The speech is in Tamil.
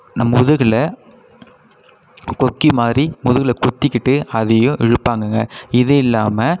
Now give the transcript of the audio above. நம் முதுகில் கொக்கி மாதிரி முதுகில் குத்திக்கிட்டு அதையும் இழுப்பாங்கங்க இது இல்லாமல்